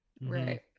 right